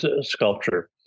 sculpture